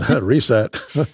reset